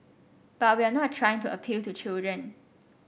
but we're not trying to appeal to children